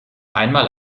einmal